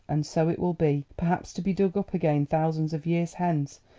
and so it will be, perhaps to be dug up again thousands of years hence,